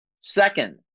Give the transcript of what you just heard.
second